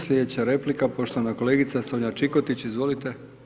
Slijedeća replika poštovana kolegica Sonja Čikotić, izvolite.